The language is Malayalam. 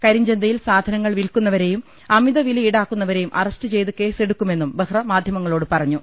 കരിഞ്ചന്തയിൽ സാധനങ്ങൾ വിൽക്കു ന്നവരെയും അമിത വില ഈടാക്കുന്നവരെയും അറസ്റ്റ് ചെയ്ത് കേസ്സെടുക്കുമെന്നും ബെഹ്റ മാധ്യമങ്ങളോട് പറഞ്ഞു